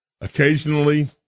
Occasionally